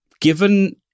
given